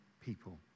people